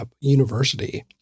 university